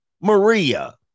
Maria